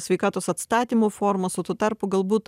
sveikatos atstatymo formas o tuo tarpu galbūt